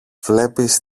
βλέπεις